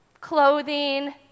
clothing